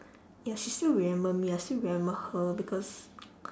ya she still remember me I still remember her because